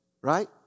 Right